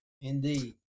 Indeed